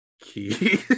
Key